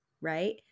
right